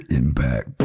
impact